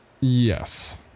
Yes